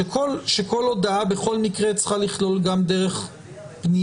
שכל הודעה, בכל מקרה, צריכה לכלול גם דרך פנייה.